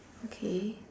okay